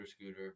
scooter